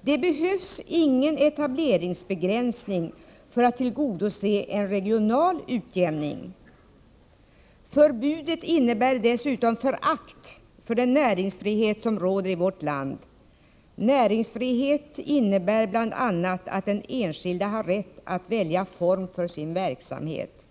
Det behövs ingen etableringsbegränsning för att tillgodose en regional utjämning. Förbudet innebär dessutom förakt för den näringsfrihet som råder i vårt land. Näringsfrihet innebär bl.a. att den enskilde har rätt att välja form för sin verksamhet.